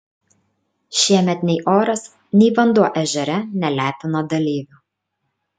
šiemet nei oras nei vanduo ežere nelepino dalyvių